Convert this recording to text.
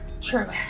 True